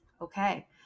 okay